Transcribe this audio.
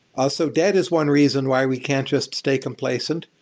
also, debt is one reason why we can't just stay complacent.